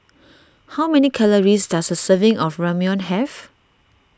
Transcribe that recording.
how many calories does a serving of Ramyeon have